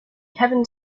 kevin